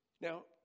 Now